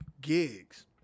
gigs